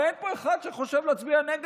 הרי אין פה אחד שחושב להצביע נגד.